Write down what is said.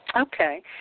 Okay